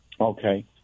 Okay